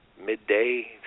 midday